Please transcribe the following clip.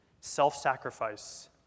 self-sacrifice